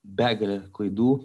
begalė klaidų